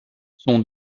son